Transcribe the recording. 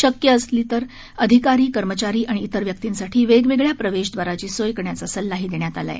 शक्य असल्यास अधिकारी कर्मचारी आणि इतर व्यक्तींसाठी वेगवेगळ्या प्रवेशद्वाराची सोय करण्याचा सल्लाही देण्यात आला आहे